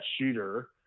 shooter